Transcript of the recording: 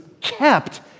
kept